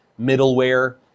middleware